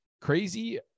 crazy